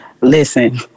listen